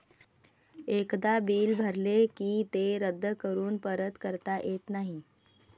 एकदा बिल भरले की ते रद्द करून परत करता येत नाही